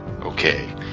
Okay